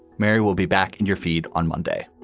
mary will be back in your feed on monday